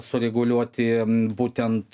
sureguliuoti būtent